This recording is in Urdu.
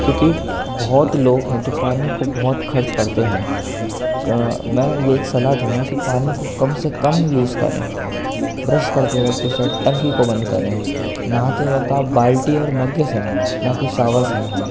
کیونکہ بہت لوگ ہیں جو پانی کو بہت خرچ کرتے ہیں میں ایک صلاح دوں گا کہ پانی کو کم سے کم یوز کریں برش کرتے وقت ٹنکی کو بند کریں نہاتے وقت آپ بالٹی اور مگے سے نہائیں نہ کہ شاور سے نہائیں